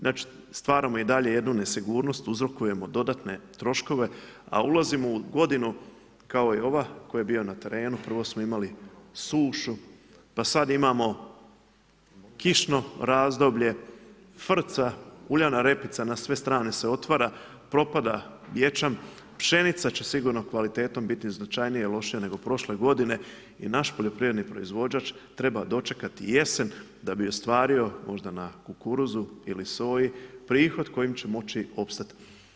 Znači stvaramo i dalje jednu nesigurnost, uzrokujemo dodatne troškove a ulazimo u godinu kao i ova, tko je bio na terenu, prvo smo imali sušu, pa sada imamo kišno razdoblje, frca uljana repica na sve strane se otvara, propada ječam, pšenica će sigurno kvalitetom biti značajnije loše nego prošle godine i naš poljoprivredni proizvođač treba dočekati jesen da bi ostvario, možda na kukuruzu ili soji prihod kojim će moći opstati.